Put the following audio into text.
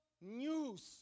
news